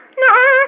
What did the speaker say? no